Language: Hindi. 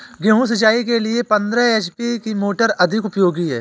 गेहूँ सिंचाई के लिए पंद्रह एच.पी की मोटर अधिक उपयोगी है?